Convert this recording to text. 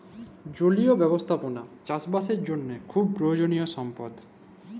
জলীয় ব্যবস্থাপালা চাষ বাসের জ্যনহে খুব পরয়োজলিয় সম্পদ